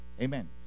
Amen